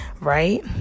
Right